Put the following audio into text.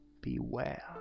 beware